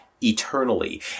eternally